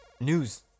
News